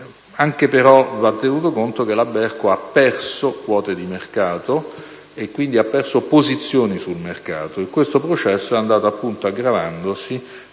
anche tenuto conto che la Berco ha perso quote di mercato e quindi ha perso posizioni sul mercato. Questo processo è andato aggravandosi